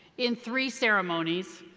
in three ceremonies,